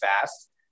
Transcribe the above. fast